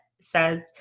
says